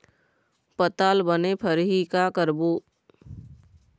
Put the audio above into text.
पताल बने फरही का करबो?